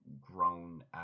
grown